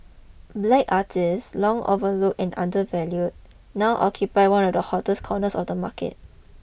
black artists long overlooked and undervalued now occupy one of the hottest corners of the market